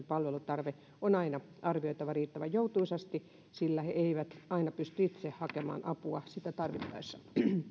palvelutarve on aina arvioitava riittävän joutuisasti sillä he eivät aina pysty itse hakemaan apua sitä tarvittessaan